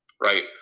right